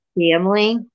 family